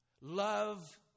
love